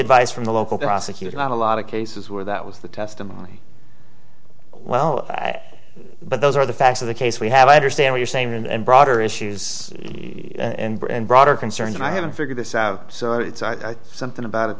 advice from the local prosecutor not a lot of cases where that was the testimony well but those are the facts of the case we have i understand you're saying and broader issues and broader concerns and i haven't figured this out so it's something about it